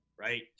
right